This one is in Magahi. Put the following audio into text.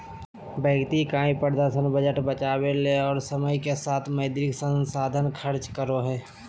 व्यक्ति इकाई प्रदर्शन बजट बचावय ले और समय के साथ मौद्रिक संसाधन खर्च करो हइ